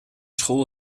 school